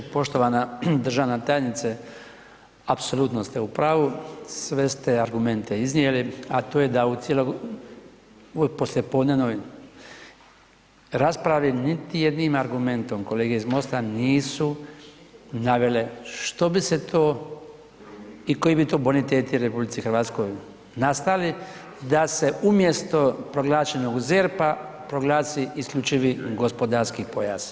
Poštovana državna tajnice, apsolutno ste u pravu, sve ste argumente iznijeli, a to je da u cijeloj ovoj poslijepodnevnoj raspravi niti jednim argumentom kolege iz MOST-a nisu navele što bi se to i koji bi to boniteti u RH nastali da se umjesto proglašenog ZERP-a proglasi isključivi gospodarski pojas.